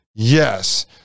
Yes